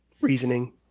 reasoning